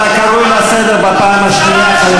אתה קרוי לסדר בפעם הראשונה.